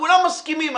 כולם מסכימים,